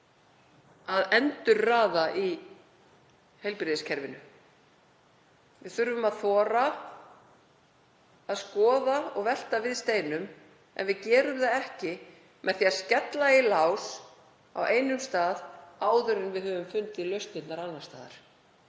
að endurraða í heilbrigðiskerfinu. Við þurfum að þora að skoða og velta við steinum en við gerum það ekki með því að skella í lás á einum stað áður en við höfum fundið lausnirnar annars staðar.